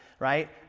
Right